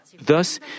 Thus